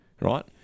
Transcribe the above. right